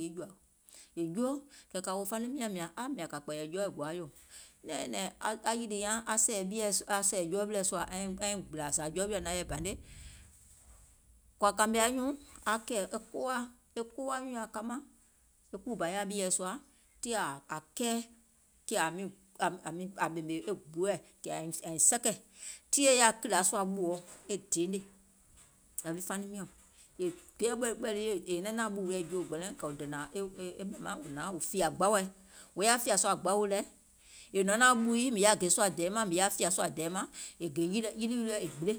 kɛ̀ kȧ wòò faniŋ miɔ̀ŋ mìȧŋ a, kȧ kpɛ̀ɛ̀yɛ̀ jɔɔɛ̀ gòa yò, nɛ̀ɛŋ nyɛ̀nɛ̀ŋ aŋ yìlì nyaŋ aŋ sɛ̀ɛ̀ jɔɔ wilɛ̀ sùȧ aiŋ gbìlȧ zȧ jɔɔ wilɛ̀ naŋ yɛi banè, kɔ̀ȧ kȧmè anyùùŋ aŋ kɛ̀ɛ̀ e kpowaa, kpowaa nyùùŋ nyaŋ kamȧŋ, e kùù bà yaȧ ɓieɛ̀ sùȧ tiŋ ȧŋ kɛɛ kɛ̀ ȧŋ ɓèmè e gbuuɛ̀ ȧiŋ sɛkɛ̀, tiŋ è yaȧ kìlìȧ sùȧ ɓùɔ e deenè, kɛ̀ yȧwi faniŋ miɔ̀ŋ kɛ̀ wò dènȧŋ e nɛ̀ŋ maŋ kɛ̀ wò hnȧŋ wò fìyȧ gbaùɛ, wò yaȧ fìȧ sùȧ gbaù lɛ, è nɔ̀ŋ naȧŋ ɓùi mìŋ yaȧ gè sùȧ dɛɛ mȧŋ mìŋ yaȧ fìyà sùȧ dɛɛ mȧŋ è gè yilì wilɛ̀ è gbile,